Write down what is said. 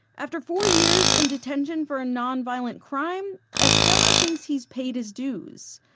after four years in detention for a non-violent crime, estrela thinks he's paid his dues.